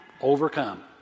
overcome